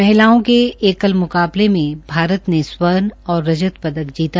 महिलाओं के एकल मुकाबले में भारत ने स्वर्ण और रजत पदक जीता